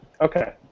Okay